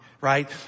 right